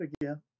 again